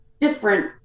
different